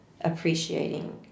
appreciating